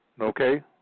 Okay